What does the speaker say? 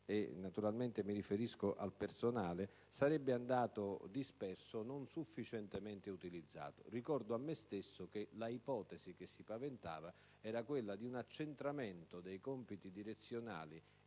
‑ naturalmente mi riferisco al personale ‑ sarebbe andato disperso e sarebbe stato non sufficientemente utilizzato. Ricordo a me stesso che l'ipotesi che si paventava era quella di un accentramento dei compiti direzionali